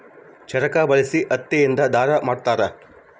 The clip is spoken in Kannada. ಚರಕ ಬಳಸಿ ಹತ್ತಿ ಇಂದ ದಾರ ಮಾಡುತ್ತಾರೆ